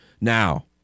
now